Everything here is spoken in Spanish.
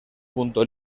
punto